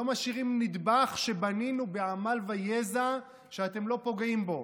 לא משאירים נדבך שבנינו בעמל ויזע שאתם לא פוגעים בו,